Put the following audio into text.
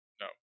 no